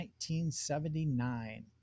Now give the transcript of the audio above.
1979